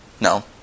No